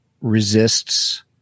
resists